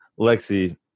Lexi